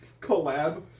collab